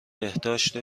بهداشت